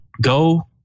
go